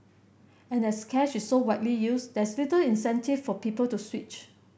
and as cash is so widely used there's little incentive for people to switch